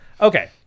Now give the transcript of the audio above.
Okay